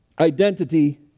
identity